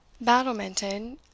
battlemented